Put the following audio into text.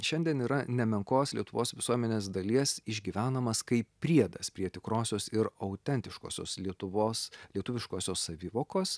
šiandien yra nemenkos lietuvos visuomenės dalies išgyvenamas kaip priedas prie tikrosios ir autentiškosios lietuvos lietuviškosios savivokos